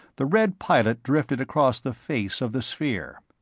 the red pilot drifted across the face of the sphere.